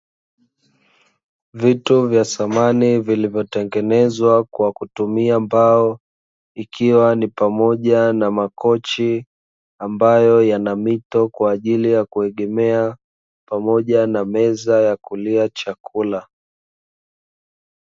Vitu vya samani vilivyotengenezwa kwa kutumia mbao, ikiwa ni pamoja na makochi ambayo yana mito kwa ajili ya kuegemea, pamoja na meza ya kulia chakula.